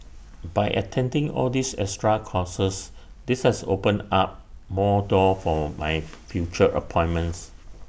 by attending all these extra courses this has opened up one more door for my future appointments